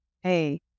hey